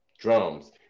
drums